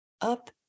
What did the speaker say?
up